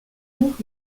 buch